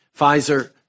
Pfizer